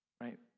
right